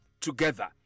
together